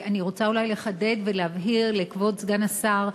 אני רוצה לחדד ולהבהיר לכבוד סגן השר,